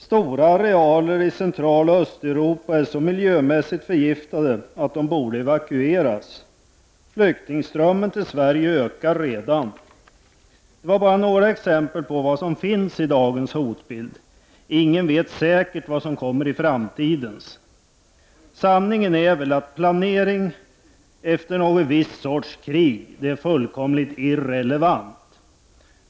Stora arealer i Centraloch Östeuropa är så miljömässigt förgiftade att de borde evakueras. Flyktingströmmen till Sverige ökar redan. Detta är bara några exempel på vad som finns i dagens hotbild. Ingen vet väl säkert vad som kommer i framtiden. Sanningen är väl att planering efter något visst sorts krig är fullkomligt irrelevant.